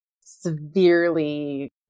severely